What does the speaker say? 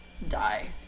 die